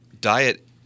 diet